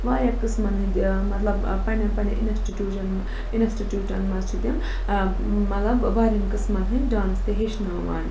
ترٛےٚ قٕسمن ہِندۍ مطلب پَنٕنٮ۪ن پَنٕنٮ۪ن اِنسٹِٹوٗٹَن اِنسٹِٹوٗتَن منٛز چھِ تِم مطلب واریاہ ہن قٕسمَن ہِندۍ ڈانٕس تہِ ہیٚچھناوان